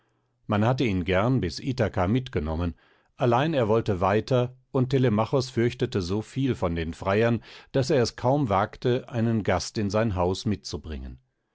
man hatte ihn gern bis ithaka mitgenommen allein er wollte weiter und telemachos fürchtete so viel von den freiern daß er es kaum wagte einen gast in sein haus mitzubringen